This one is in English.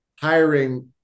hiring